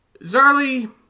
Zarley